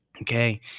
okay